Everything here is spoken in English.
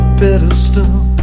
pedestal